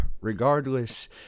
regardless